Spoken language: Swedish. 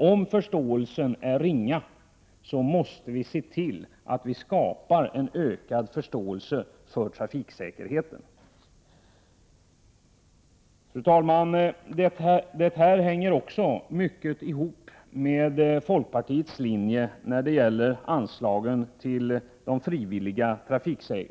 Om förståelsen för föreslagna åtgärder är ringa, måste vi se till att en ökad förståelse skapas för trafiksäkerheten. Fru talman! Det här följer i stort sett folkpartiets linje beträffande anslagen till